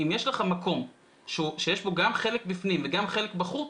אם יש לך מקום שיש בו גם חלק בפנים וגם חלק בחוץ.